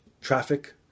traffic